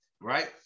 Right